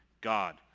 God